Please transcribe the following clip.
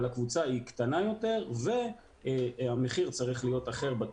אבל הקבוצה היא קטנה יותר והמחיר בתמרוץ צריך להיות אחר.